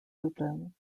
lublin